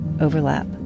overlap